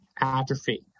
atrophy